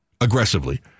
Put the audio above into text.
aggressively